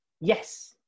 yes